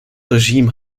regime